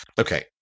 Okay